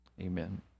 Amen